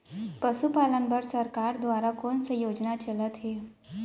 पशुपालन बर सरकार दुवारा कोन स योजना चलत हे?